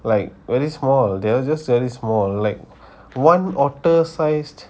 like very small they are just very small like one otter size